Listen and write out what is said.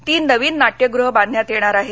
तीन नवीन नाट्यगृहं बांधण्यात येणार आहे